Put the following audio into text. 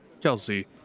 Kelsey